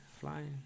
flying